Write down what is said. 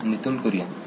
नितीन कुरियन हो